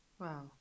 wow